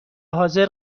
حاضر